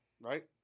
Right